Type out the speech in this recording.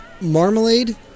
marmalade